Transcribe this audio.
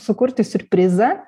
sukurti siurprizą